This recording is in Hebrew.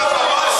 ממש לא.